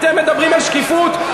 אתם מדברים על שקיפות?